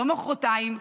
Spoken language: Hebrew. לא מוחרתיים,